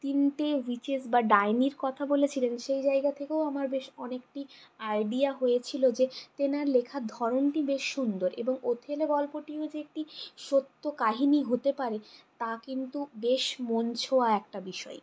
তিনটে উইচেস বা ডাইনির কথা বলেছিলেন সেই জায়গা থেকেও আমার বেশ অনেকটি আইডিয়া হয়েছিলো যে তেনার লেখার ধরনটি বেশ সুন্দর এবং ওথেলো গল্পটিও যে একটি সত্য কাহিনি হতে পারে তা কিন্তু বেশ মন ছোঁয়া একটা বিষয়